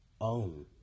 own